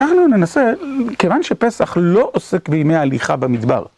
אנחנו ננסה, כיוון שפסח לא עוסק בימי ההליכה במדבר.